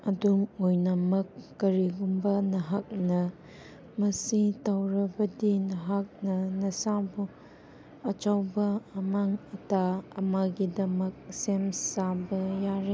ꯑꯗꯨꯝ ꯑꯣꯏꯅꯃꯛ ꯀꯔꯤꯒꯨꯝꯕ ꯅꯍꯥꯛꯅ ꯃꯁꯤ ꯇꯧꯔꯕꯗꯤ ꯅꯍꯥꯛꯅ ꯅꯁꯥꯕꯨ ꯑꯆꯧꯕ ꯑꯃꯥꯡ ꯑꯇꯥ ꯑꯃꯒꯤꯗꯃꯛ ꯁꯦꯝ ꯁꯥꯕ ꯌꯥꯔꯦ